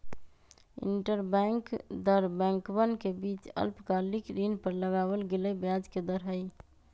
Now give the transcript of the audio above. interbank दर बैंकवन के बीच अल्पकालिक ऋण पर लगावल गेलय ब्याज के दर हई